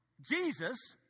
Jesus